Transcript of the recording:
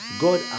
God